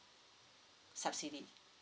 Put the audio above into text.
subsidy